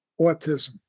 autism